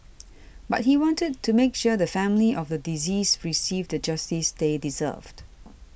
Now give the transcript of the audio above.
but he wanted to make sure the family of the deceased received the justice they deserved